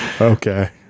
Okay